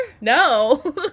No